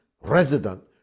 resident